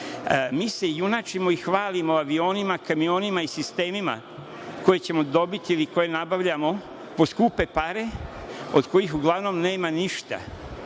mi se junačimo i hvalimo avionima, kamionima i sistemima koje ćemo dobiti i koje nabavljamo po skupe pare od kojih uglavnom nema ništa. Moje